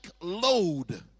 load